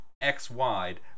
X-wide